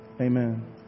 amen